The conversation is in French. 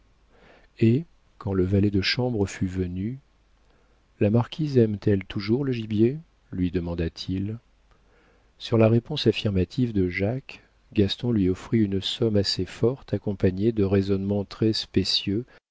et quand le valet de chambre fut venu la marquise aime-t-elle toujours le gibier lui demanda-t-il sur la réponse affirmative de jacques gaston lui offrit une somme assez forte accompagnée de raisonnements très spécieux